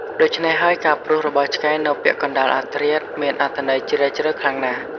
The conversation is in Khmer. ដូច្នេះហើយ ការព្រុសរបស់ឆ្កែនៅពាក់កណ្តាលអធ្រាត្រមានអត្ថន័យជ្រាលជ្រៅខ្លាំងណាស់។